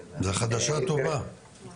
זו חדשה טובה.